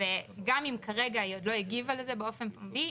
גם אם היא כרגע עוד לא הגיבה לזה באופן פומבי,